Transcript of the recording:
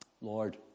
Lord